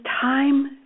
time